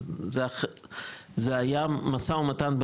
זה היה משא ומתן,